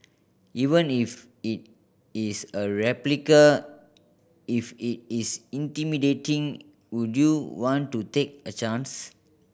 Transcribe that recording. even if it is a replica if it is intimidating would you want to take a chance